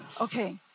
Okay